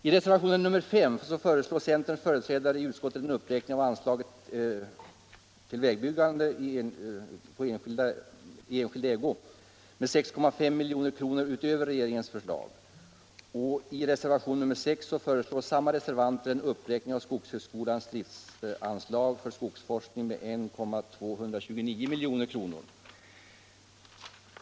I reservation nr 5 föreslår centerns företrädare i utskottet en uppräkning av anslaget till byggande av vägar i enskild ägo med 6,5 milj.kr. utöver regeringens förslag och i reservation nr 6 föreslår samma reservanter en uppräkning av skogshögskolans driftanslag för skogsforskning med 1,229 milj.kr.